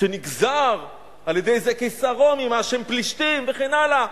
שנגזר על-ידי איזה קיסר רומי מהשם פלישתים וכן הלאה.